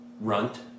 runt